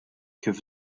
kif